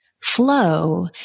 Flow